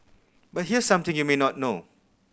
but here's something you may not know